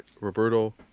Roberto